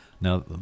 Now